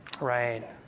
Right